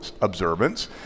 observance